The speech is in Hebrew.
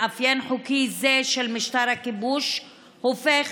מאפיין חוקי זה של משטר הכיבוש הופך,